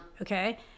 Okay